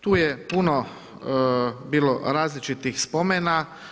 Tu je puno bilo različitih spomena.